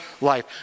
life